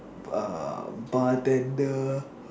err bartender